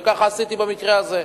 וככה עשיתי במקרה הזה.